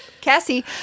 Cassie